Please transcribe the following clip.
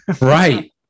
Right